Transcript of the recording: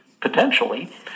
potentially